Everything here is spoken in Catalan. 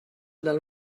del